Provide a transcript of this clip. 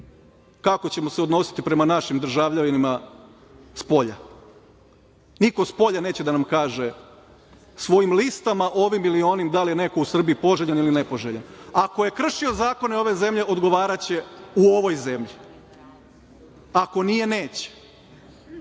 kako ćemo se odnositi prema našim državljanima spolja. Niko spolja neće da nam kaže svojim listama, ovim ili onim, da li je neko u Srbiji poželjan ili nepoželjan. Ako je kršio zakone ove zemlje, odgovaraće u ovoj zemlji. Ako nije, neće.